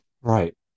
Right